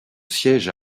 siège